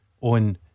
on